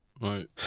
Right